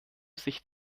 sich